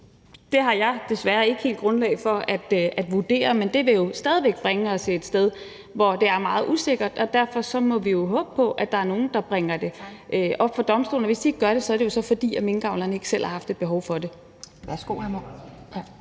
Det har jeg desværre ikke helt grundlag for at vurdere, men det ville jo stadig bringe os et sted hen, hvor det er meget usikkert. Derfor må vi jo håbe på, at der er nogle, der indbringer det for domstolene. Hvis de ikke gør det, er det jo så, fordi minkavlerne selv ikke har haft et behov for det.